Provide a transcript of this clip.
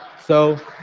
so.